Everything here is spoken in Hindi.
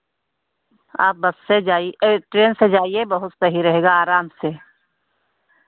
आप बस से जाइ अरे ट्रेन से जाइए बहुत सही रहेगा आराम से